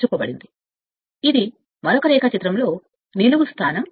దీనికి మరొక రేఖాచిత్రం నిలువు స్థానం